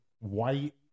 white